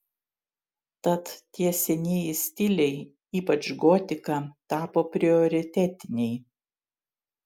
tad tie senieji stiliai ypač gotika tapo prioritetiniai